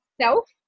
self